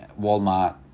Walmart